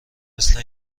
مثل